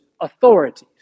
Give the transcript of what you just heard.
authorities